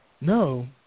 No